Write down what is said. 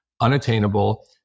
unattainable